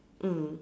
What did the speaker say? mm